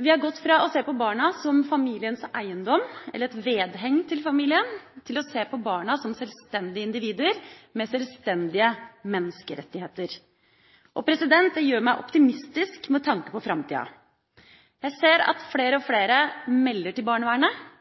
Vi har gått fra å se på barna som familiens eiendom, eller et vedheng til familien, til å se på barna som selvstendige individer med selvstendige menneskerettigheter. Det gjør meg optimistisk med tanke på framtida. Jeg ser at flere og flere melder til barnevernet,